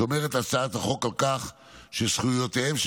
שומרת הצעת החוק על כך שזכויותיהם של